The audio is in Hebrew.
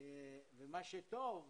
ומה שטוב,